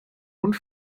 und